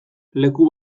leku